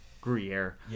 Gruyere